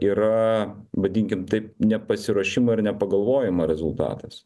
yra vadinkim taip nepasiruošimo ir nepagalvojimo rezultatas